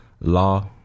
law